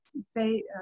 say